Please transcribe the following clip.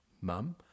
mum